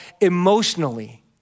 emotionally